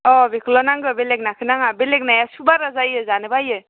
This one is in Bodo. औ बेखौल' नांगौ बेलेग नाखौ नाङा बेलेग नाया सु बारा जायो जानो बायो